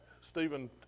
Stephen